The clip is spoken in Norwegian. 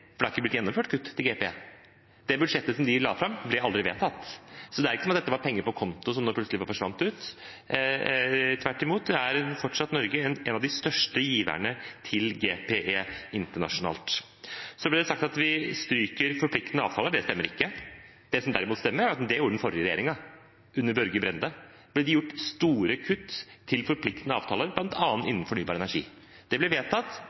for det er ikke blitt gjennomført kutt til GPE. Det budsjettet som de la fram, ble aldri vedtatt, så det er ikke slik at dette var penger på konto som plutselig forsvant ut. Tvert imot er Norge fortsatt en av de største giverne til GPE internasjonalt. Så ble det sagt at vi stryker forpliktende avtaler. Det stemmer ikke. Det som derimot stemmer, er at det gjorde den forrige regjeringen – under Børge Brende ble det gjort store kutt til forpliktende avtaler, bl.a. innen fornybar energi. Det ble vedtatt